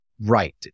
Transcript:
right